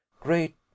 Great